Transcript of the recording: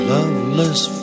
Loveless